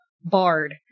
bard